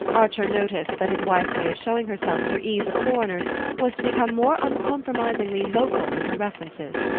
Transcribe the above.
archer noticed that his wife's way of showing herself at her ease with foreigners was to become more uncompromisingly local in her references,